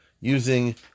using